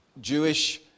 Jewish